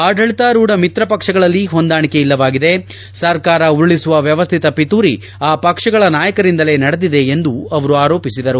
ಆಡಳಿತಾರೂಢ ಮಿತ್ರ ಪಕ್ಷಗಳಲ್ಲಿ ಹೊಂದಾಣಿಕೆ ಇಲ್ಲವಾಗಿದೆ ಸರ್ಕಾರ ಉರುಳಿಸುವ ವ್ಯವಸ್ಥಿತ ಪಿತೂರಿ ಆ ಪಕ್ಷಗಳ ನಾಯಕರಿಂದಲೇ ನಡೆದಿದೆ ಎಂದು ಅವರು ಆರೋಪಿಸಿದರು